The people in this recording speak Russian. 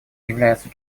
являются